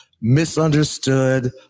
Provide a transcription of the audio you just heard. misunderstood